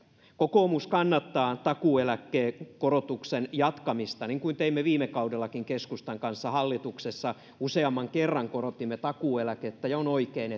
kokoomus kannattaa takuueläkkeen korotuksen jatkamista niin kuin teimme viime kaudellakin keskustan kanssa hallituksessa useamman kerran korotimme takuueläkettä ja on oikein